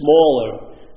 Smaller